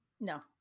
No